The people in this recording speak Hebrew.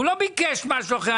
הוא לא ביקש משהו אחר.